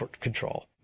Control